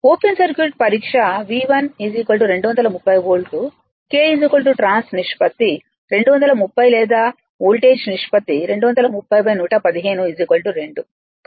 open circuit పరీక్ష V1 230 volt K trans నిష్పత్తి 230 లేదా వోల్టేజ్ నిష్పత్తి 230 115 2